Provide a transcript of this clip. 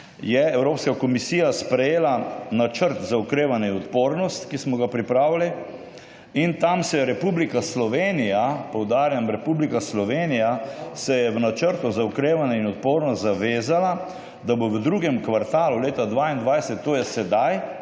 Evropska komisija sprejela Načrt za okrevanje in odpornost, ki smo ga pripravili. In tam se je Republika Slovenija, poudarjam, Republika Slovenija se je v Načrtu za okrevanje in odpornost zavezala, da bo v drugem kvartalu leta 2022, to je sedaj,